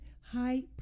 high